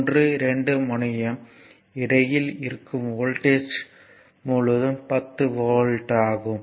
1 2 முனையம் இடையில் இருக்கும் வோல்டேஜ் முழுவதும் 10 வோல்ட் ஆகும்